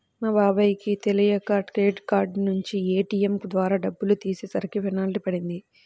మా బాబాయ్ కి తెలియక క్రెడిట్ కార్డు నుంచి ఏ.టీ.యం ద్వారా డబ్బులు తీసేసరికి పెనాల్టీ పడింది